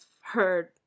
heard